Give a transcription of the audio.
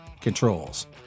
controls